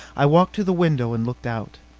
i walked to the window and looked out.